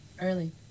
Early